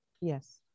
Yes